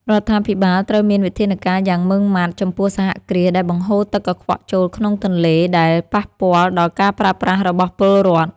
រដ្ឋាភិបាលត្រូវមានវិធានការយ៉ាងម៉ឺងម៉ាត់ចំពោះសហគ្រាសដែលបង្ហូរទឹកកខ្វក់ចូលក្នុងទន្លេដែលប៉ះពាល់ដល់ការប្រើប្រាស់របស់ពលរដ្ឋ។